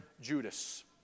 Judas